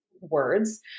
words